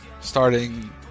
starting